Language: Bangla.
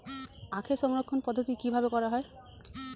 আখের সংরক্ষণ পদ্ধতি কিভাবে করা হয়?